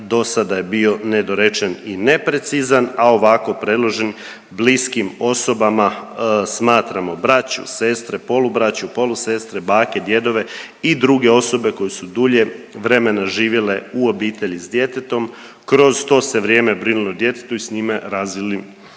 do sada je bio nedorečen i neprecizan, a ovako predložen bliskim osobama smatramo braću, sestre, polubraću, polusestre, bake, djedove i druge osobe koje su dulje vremena živjele u obitelji s djetetom, kroz to se vrijeme brinulo o djetetu i s njime razvili